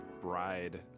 bride